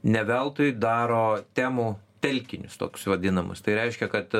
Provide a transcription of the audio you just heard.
ne veltui daro temų telkinius tokius vadinamus tai reiškia kad